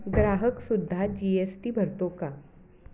ग्राहकसुद्धा G S T भरतो का